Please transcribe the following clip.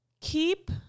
keep